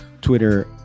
Twitter